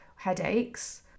headaches